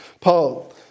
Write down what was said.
Paul